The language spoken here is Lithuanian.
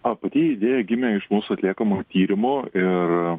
na pati idėja gimė iš mūsų atliekamo tyrimo ir